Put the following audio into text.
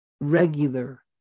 regular